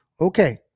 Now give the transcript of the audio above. Okay